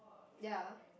ya